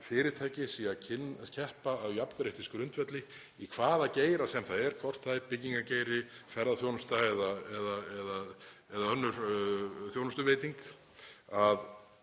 fyrirtæki séu að keppa á jafnréttisgrundvelli, í hvaða geira sem það er, hvort það er byggingargeiri, ferðaþjónusta eða önnur þjónustuveiting, að